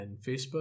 Facebook